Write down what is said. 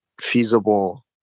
feasible